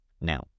Now